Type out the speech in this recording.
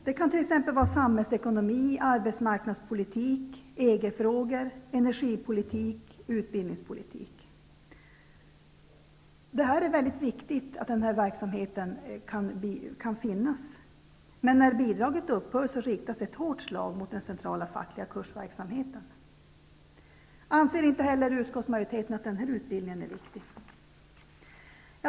Det kan t.ex. vara samhällsekonomi, arbetsmarknadspolitik, EG-frågor, energipolitik och utbildningspolitik. Det är viktigt att denna verksamhet kan finnas. Men när bidraget upphör riktas ett hårt slag mot den centrala fackliga kursverksamheten. Anser inte utskottsmajoriteten att denna utbildning är viktig?